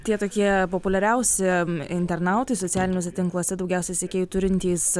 tie tokie populiariausi internautai socialiniuose tinkluose daugiausia sekėjų turintys